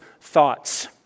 thoughts